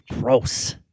gross